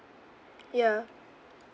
yeah